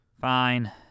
Fine